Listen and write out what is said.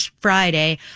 Friday